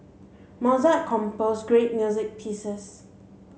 Mozart composed great music pieces